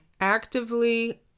actively